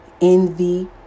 envy